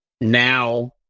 now